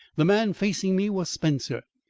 the man facing me was spencer,